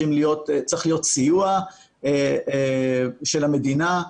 צריך להיות סיוע של המדינה.